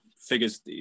figures